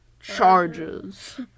charges